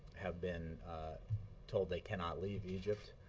have been told they cannot leave egypt.